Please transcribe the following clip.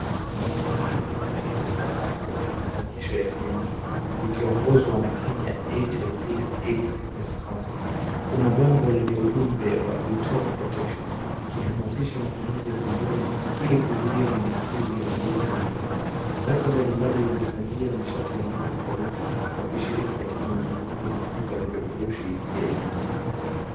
Kuna bango lenye ujumbe we talk protection likihamasisha matumizi ya condomu ilikuzuia maradhi ya zinaa.